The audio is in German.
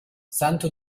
santo